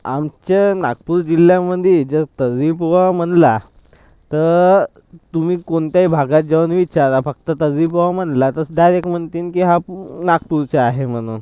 आमच्या नागपूर जिल्ह्यामंदी जर तर्री पोहा म्हणाल तर तुम्ही कोणत्याही भागात जाऊन विचारा फक्त तर्री पोहा म्हणाला तर डायरेक्ट म्हणतीन की हा नागपूरचा आहे म्हणून